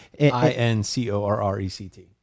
I-N-C-O-R-R-E-C-T